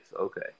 Okay